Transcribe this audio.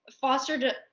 fostered